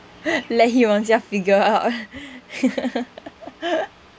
he own self figure out